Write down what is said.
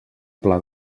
pla